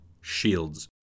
Shields